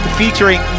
featuring